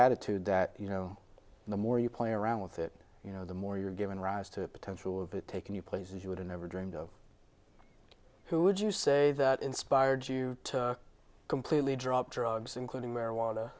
attitude that you know the more you play around with it you know the more you're giving rise to the potential of it taken you places you would have never dreamed of who would you say that inspired you to completely drop drugs including